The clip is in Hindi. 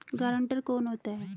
गारंटर कौन होता है?